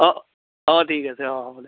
অ অ ঠিক আছে অ